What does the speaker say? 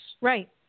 Right